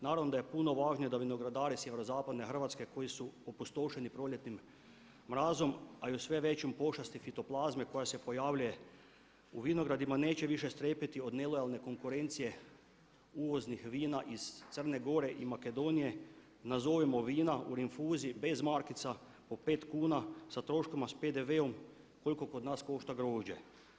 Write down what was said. Naravno da je puno važnije da vinogradari sjeverozapadne Hrvatske koji su opustošeni proljetnim mrazom, a i sve većom pošasti fitoplazme koja se pojavljuje u vinogradima, neće više strepiti od nelojalne konkurencije uvoznih vina iz Crne Gore i Makedonije, nazovimo vina, u rinfuzi bez markica po pet kuna sa troškovima, s PDV-om koliko kod nas košta grožđe.